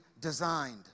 designed